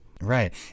Right